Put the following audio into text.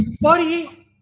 Buddy